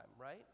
right